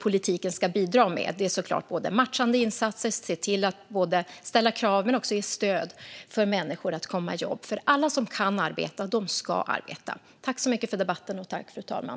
Politiken ska såklart bidra med matchande insatser, ställa krav och även ge stöd för människor att komma i jobb, för alla som kan arbeta ska arbeta. Tack så mycket för debatten!